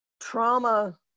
trauma